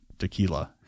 Tequila